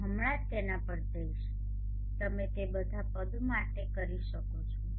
હું હમણાં જ તેના પર જઈશ તમે તે બધા પદો માટે કરી શકો છો